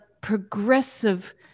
progressive